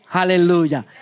Hallelujah